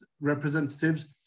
representatives